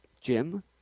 Jim